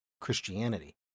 Christianity